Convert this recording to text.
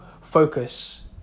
focus